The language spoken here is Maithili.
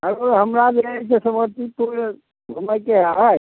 हेलो हमरा जे हइ से समस्तीपुर घुमैके हइ